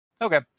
Okay